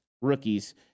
rookies